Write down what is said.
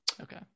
okay